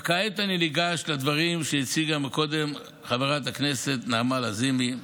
כעת אגש לדברים שהציגה קודם חברת הכנסת נעמה לזימי.